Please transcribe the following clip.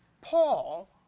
Paul